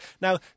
Now